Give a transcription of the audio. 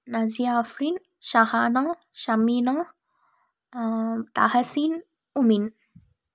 Najiafreen Jahana Shamina Ahaseen Umin